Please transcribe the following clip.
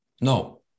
No